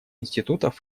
институтов